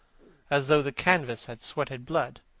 as though the canvas had sweated blood?